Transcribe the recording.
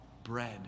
bread